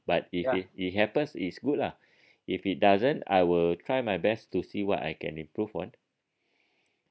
but if it it happens it's good lah but if it doesn't I will try my best to see what I can improve on